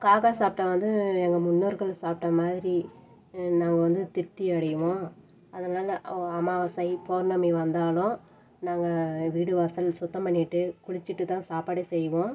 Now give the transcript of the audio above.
காக்காய் சாப்பிட்டா வந்து எங்கள் முன்னோர்கள் சாப்பிட்ட மாதிரி நாங்கள் வந்து திருப்தி அடைவோம் அதனால் அமாவாசை பெளர்ணமி வந்தாலும் நாங்கள் வீடு வாசல் சுத்தம் பண்ணிட்டு குளித்துட்டுதான் சாப்பாடே செய்வோம்